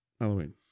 Halloween